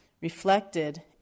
reflected